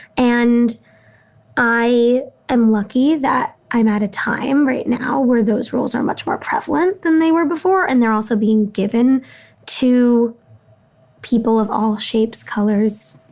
and i am lucky that i'm at a time right now where those roles are much more prevalent than they were before. and they're also being given to people of all shapes, colors,